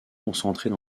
concentrées